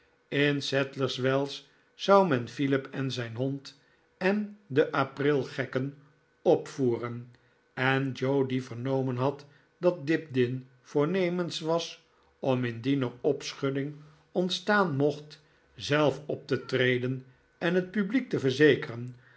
in sadlers wells zou men pilip en zyn hond en de april gekken opvoeren en joe die vernomen had dat dibdin voornemens was om indien er opschudding ontstaan mocht zelf op te treden en het publiek te verzekeren